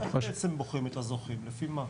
איך בעצם בוחרים את הזוכים, לפי מה?